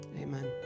Amen